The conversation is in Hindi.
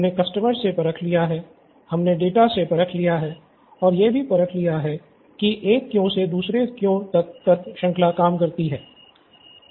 हमने कस्टमरर्स से परख लिया है हमने डाटा से परख लिया है और ये भी परख लिया है की एक क्यो से दूसरे क्यो तक तर्क श्रृंखला काम करती है